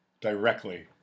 directly